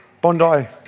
Bondi